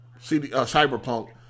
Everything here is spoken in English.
Cyberpunk